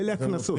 אלה הקנסות.